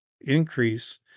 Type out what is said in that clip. increase